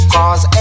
Cause